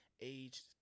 aged